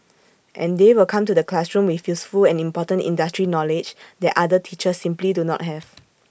and they will come to the classroom with useful and important industry knowledge that other teachers simply do not have